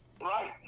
right